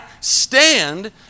stand